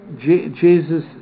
Jesus